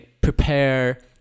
prepare